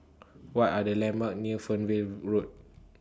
What Are The landmarks near Fernvale Road